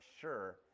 sure